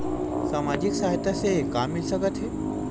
सामाजिक सहायता से का मिल सकत हे?